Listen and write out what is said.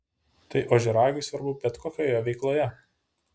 tai ožiaragiui svarbu bet kokioje veikloje